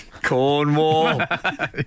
Cornwall